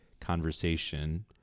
conversation